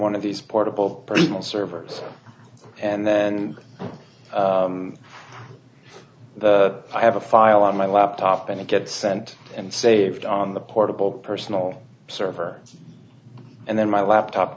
one of these portable personal servers and then i have a file on my laptop and it gets sent and saved on the portable personal server and then my laptop